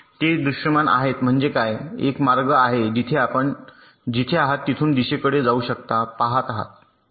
ते दृश्यमान आहेत म्हणजे काय एक मार्ग आहे जिथे आपण जिथे आहात तेथून दिशेकडे जाऊ शकता पहात आहे